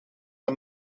der